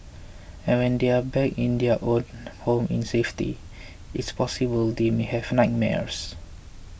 and when they are back in their own home in safety it's possible they may have nightmares